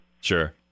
Sure